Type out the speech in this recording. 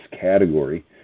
category